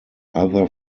other